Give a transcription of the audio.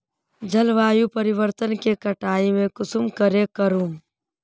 जलवायु परिवर्तन के कटाई में कुंसम करे करूम?